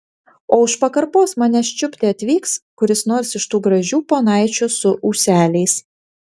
o už pakarpos manęs čiupti atvyks kuris nors iš tų gražių ponaičių su ūseliais